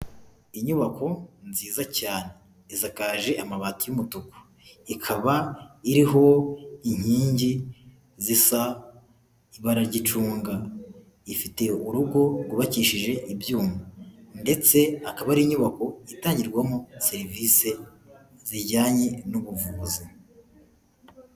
Inyubako nziza cyane isakaje amabati y'umutuku, ikaba iriho inkingi zisa ibara ryicunga, ifite urugo rwubakishije ibyuma ndetse akaba ari inyubako itangirwamo serivisi zijyanye n'ubuvuzi.